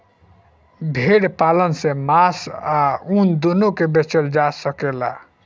भेड़ पालन से मांस आ ऊन दूनो के बेचल जा सकेला